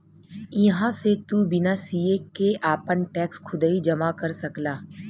इहां से तू बिना सीए के आपन टैक्स खुदही जमा कर सकला